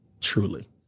truly